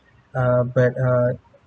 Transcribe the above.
uh but uh